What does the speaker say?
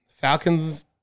Falcons